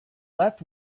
left